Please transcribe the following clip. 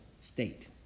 state